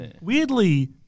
Weirdly